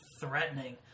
threatening